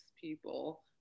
people